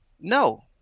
No